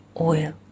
oil